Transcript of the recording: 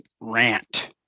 rant